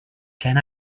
can